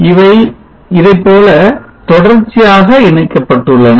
இவை இதைப்போல தொடர்ச்சியாக இணைக்கப்பட்டுள்ளன